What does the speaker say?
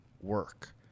work